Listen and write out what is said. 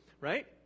right